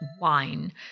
wine